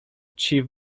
chief